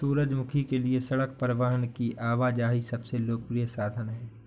सूरजमुखी के लिए सड़क परिवहन की आवाजाही सबसे लोकप्रिय साधन है